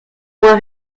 moins